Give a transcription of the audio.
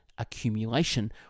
accumulation